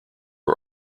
are